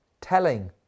telling